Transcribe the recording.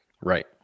right